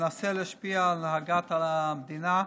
שמנסה להשפיע על הנהגת המדינה,